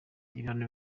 ibihano